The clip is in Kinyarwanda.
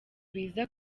biza